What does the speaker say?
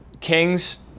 kings